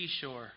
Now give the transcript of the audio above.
seashore